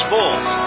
Bulls